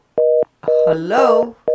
hello